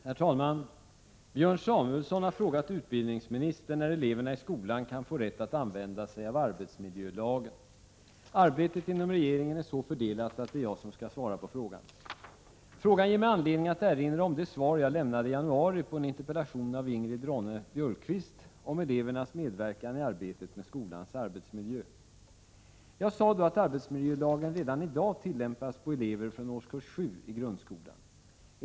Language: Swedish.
Herr talman! Björn Samuelson har frågat utbildningsministern när eleverna i skolan kan få rätt att använda sig av arbetsmiljölagen. Arbetet inom regeringen är så fördelat att det är jag som skall svara på frågan. Frågan ger mig anledning att erinra om det svar jag lämnade i januari på en interpellation av Ingrid Ronne-Björkqvist om elevernas medverkan i arbetet med skolans arbetsmiljö. Jag sade då att arbetsmiljölagen redan i dag tillämpas på elever från årskurs 7 i grundskolan.